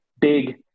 big